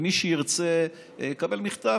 שמי שירצה יקבל מכתב,